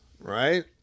right